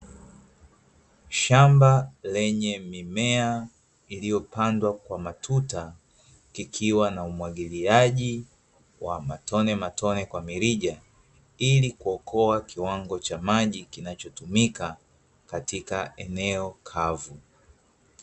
Shamba lenye mimea iliyopandwa kwa matuta, kikiwa na umwagiliaji wa matonematone kwa mirija ili kuokoa kiwango cha maji kinachotumika katika eneo kavu.